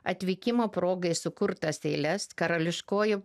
atvykimo progai sukurtas eiles karališkoji